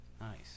Nice